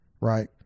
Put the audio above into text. right